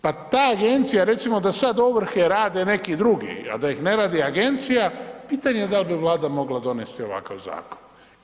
Pa ta agencija, recimo, da sad ovrhe rade neki drugi, a da ih ne radi agencija, pitanje je da li bi Vlada mogla donijeti ovakav zakon.